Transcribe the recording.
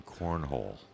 Cornhole